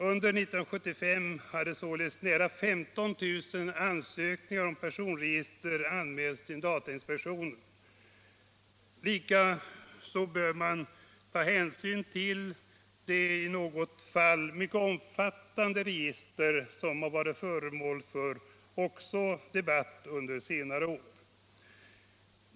Under 1975 hade således nära 15 000 ansökningar om personregister anmälts till datainspektionen. Likaså bör man ta hänsyn till de i något fall mycket omfattande register som också har varit föremål för debatt under senare år.